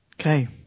Okay